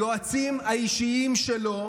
היועצים האישיים שלו